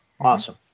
Awesome